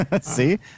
See